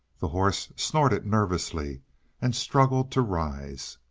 the horse snorted nervously and struggled to rise.